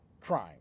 crime